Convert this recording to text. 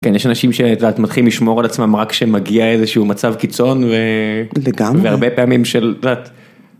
כן, יש אנשים שאת יודעת מתחילים לשמור על עצמם רק כשמגיע איזה שהוא מצב קיצון ו..לגמרי והרבה פעמים של את יודעת.